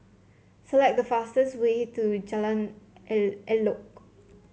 select the fastest way to Jalan Elok